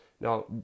Now